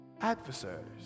adversaries